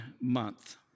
month